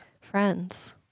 Friends